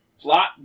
plot